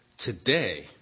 Today